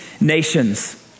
nations